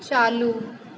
चालू